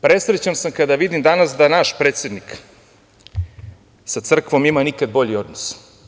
Presrećan sam kada vidim danas da naš predsednik sa crkvom ima nikad bolji odnos.